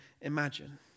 imagine